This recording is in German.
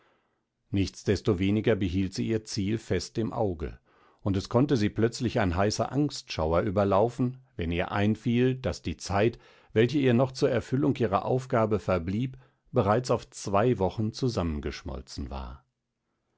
nichtsdestoweniger behielt sie ihr ziel fest im auge und es konnte sie plötzlich ein heißer angstschauer überlaufen wenn ihr einfiel daß die zeit welche ihr noch zur erfüllung ihrer aufgabe verblieb bereits auf zwei wochen zusammengeschmolzen war